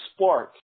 spark